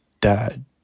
dad